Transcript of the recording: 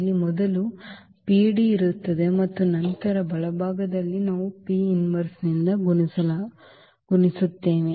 ಇಲ್ಲಿ ಮೊದಲು PD ಇರುತ್ತದೆ ಮತ್ತು ನಂತರ ಬಲಭಾಗದಲ್ಲಿ ನಾವು ನಿಂದ ಗುಣಿಸುತ್ತೇವೆ